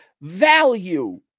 value